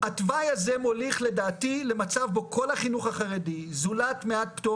התוואי הזה מוליך לדעתי למצב בו כל החינוך החרדי זולת מעט פטור